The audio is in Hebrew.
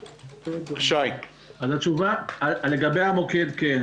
התשובה לגבי המוקד כן.